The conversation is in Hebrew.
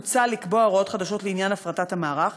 מוצע לקבוע הוראות חדשות לעניין הפרטת המערך,